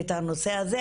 את הנושא הזה,